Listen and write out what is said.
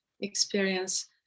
experience